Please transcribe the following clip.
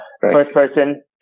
first-person